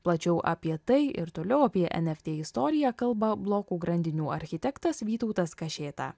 plačiau apie tai ir toliau apie eft istoriją kalba blokų grandinių architektas vytautas kašėta